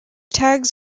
tags